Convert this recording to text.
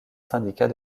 syndicat